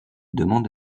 demande